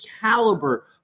caliber